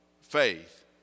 Faith